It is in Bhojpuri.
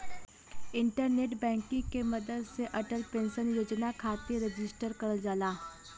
इंटरनेट बैंकिंग के मदद से अटल पेंशन योजना खातिर रजिस्टर करल जाला